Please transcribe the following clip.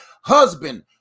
husband